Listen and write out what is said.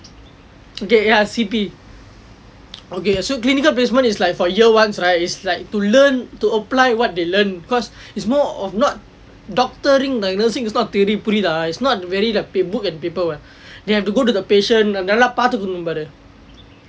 okay ya C_P okay uh so clinical placement is like for year ones right it's like to learn to apply what they learn cause it's more of not doctoring nursing is not theory புரியுதா:puriyuthaa it's not really the pbook and paper they have to go to the patient நல்லா பாத்துக்கனும் பாரு:nallaa patthukkanum paaru